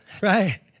right